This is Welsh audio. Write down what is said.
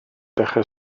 dechrau